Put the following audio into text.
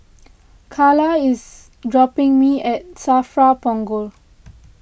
Calla is dropping me off at Safra Punggol